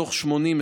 מתוך 80,